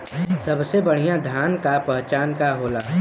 सबसे बढ़ियां धान का पहचान का होला?